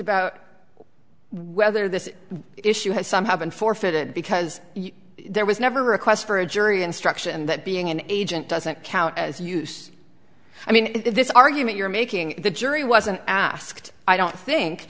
about whether this issue has somehow been forfeited because there was never requests for a jury instruction and that being an agent doesn't count as use i mean this argument you're making the jury wasn't asked i don't think